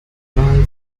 wahl